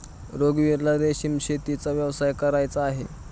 रघुवीरला रेशीम शेतीचा व्यवसाय करायचा आहे